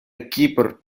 кипр